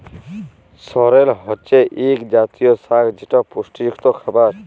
সরেল হছে ইক জাতীয় সাগ যেট পুষ্টিযুক্ত খাবার